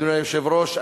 אדוני היושב-ראש,